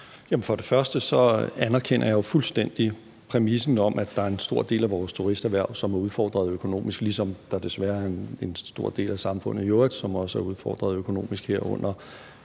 fuldstændig anerkender præmissen om, at der er en stor del af vores turisterhverv, som er udfordret økonomisk, ligesom der desværre er en stor del af samfundet i øvrigt, som også er udfordret økonomisk her under